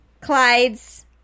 Clyde's